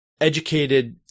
educated